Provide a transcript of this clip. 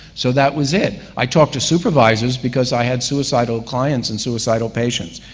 so that was it. i talked to supervisors, because i had suicidal clients and suicidal patients.